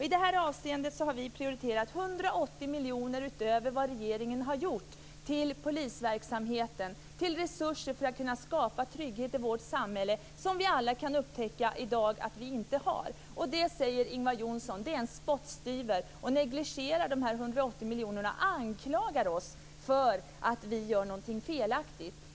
I det här avseendet har vi prioriterat 180 miljoner utöver vad regeringen har gjort till polisverksamheten, till resurser för att kunna skapa trygghet i vårt samhälle, som vi alla kan upptäcka att vi i dag inte har. Det säger Ingvar Johnsson är en spottstyver. Han negligerar de 180 miljonerna och anklagar oss för att göra något felaktigt.